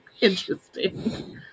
interesting